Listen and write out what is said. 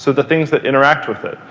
so the things that interact with it.